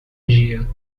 dia